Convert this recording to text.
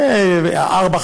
ו-4,